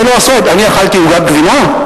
עונה לו הסועד: אני אכלתי עוגת גבינה?